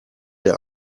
der